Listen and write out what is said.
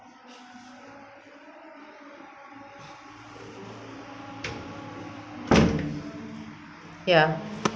ya